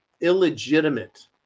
Illegitimate